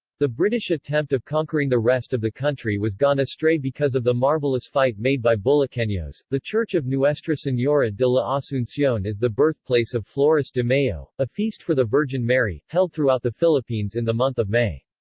the british attempt of conquering the rest of the country was gone astray because of the marvelous fight made by bulakenos the church of nuestra senora de la asuncion is the birthplace of flores de mayo, a feast for the virgin mary, held throughout the philippines in the month of may.